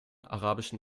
arabischen